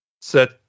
set